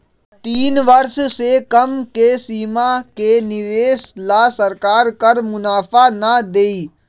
तीन वर्ष से कम के सीमा के निवेश ला सरकार कर मुनाफा ना देई